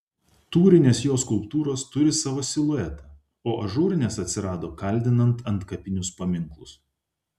tūrinės jo skulptūros turi savo siluetą o ažūrinės atsirado kaldinant antkapinius paminklus